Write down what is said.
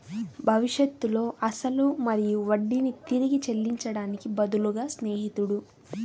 భవిష్యత్తులో అసలు మరియు వడ్డీని తిరిగి చెల్లించడానికి బదులుగా స్నేహితుడు